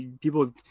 People